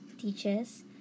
teachers